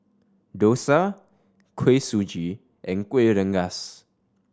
dosa Kuih Suji and Kueh Rengas